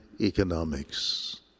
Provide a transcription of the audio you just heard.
economics